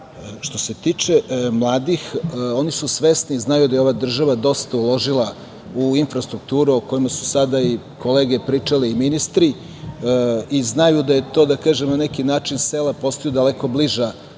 se tiče mladih oni su svesni, znaju da je ova država dosta uložila u infrastrukturu o kojima su sada i kolege pričali i ministri, i znaju da je to, da kažem na neki način, sela postaju daleko bliža